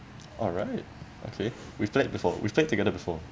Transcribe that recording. alright okay we played before we played together before